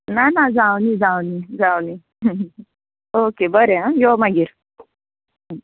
ना ना जावनी जावनी जावनी ओके बरें आं यो मागीर